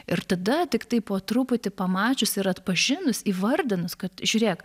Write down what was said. ir tada tiktai po truputį pamačiusi ir atpažinus įvardinus kad žiūrėk